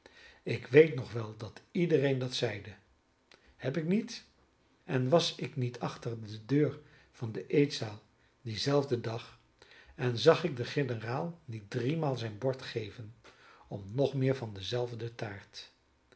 ik weet nog wel dat iedereen dat zeide heb ik niet en was ik niet achter de deur van de eetzaal dienzelfden dag en zag ik den generaal niet driemaal zijn bord geven om nog meer van diezelfde taart